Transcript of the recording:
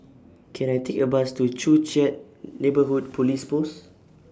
Can I Take A Bus to Joo Chiat Neighbourhood Police Post